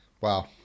wow